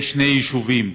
הם עסוקים.